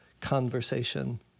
conversation